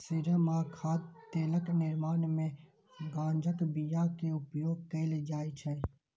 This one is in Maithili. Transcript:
सीरम आ खाद्य तेलक निर्माण मे गांजाक बिया के उपयोग कैल जाइ छै